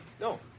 No